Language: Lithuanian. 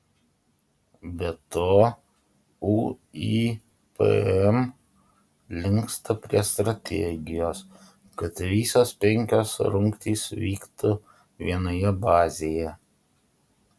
be to uipm linksta prie strategijos kad visos penkios rungtys vyktų vienoje bazėje